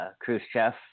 Khrushchev